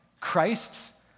Christ's